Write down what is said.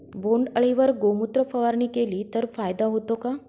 बोंडअळीवर गोमूत्र फवारणी केली तर फायदा होतो का?